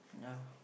yeah